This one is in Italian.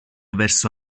verso